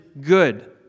good